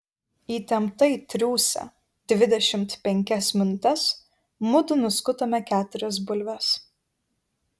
įtemptai triūsę dvidešimt penkias minutes mudu nuskutome keturias bulves